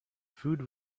food